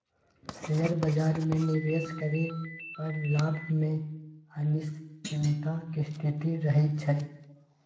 share बाजार में निवेश करे पर लाभ में अनिश्चितता के स्थिति रहइ छइ